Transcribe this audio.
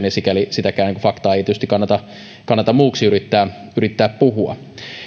ja sikäli sitäkään faktaa ei tietysti kannata kannata muuksi yrittää yrittää puhua